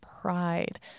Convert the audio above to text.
pride